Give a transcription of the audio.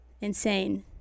insane